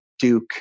Duke